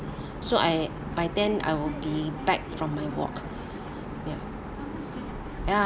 so I by ten I will be back from my walk ya ya